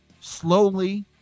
slowly